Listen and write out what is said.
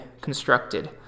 constructed